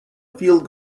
field